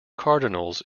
cardinals